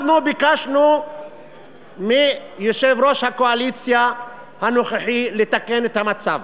אנחנו ביקשנו מיושב-ראש הקואליציה הנוכחי לתקן את המצב.